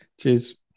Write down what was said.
Cheers